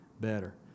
better